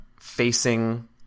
facing